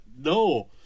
no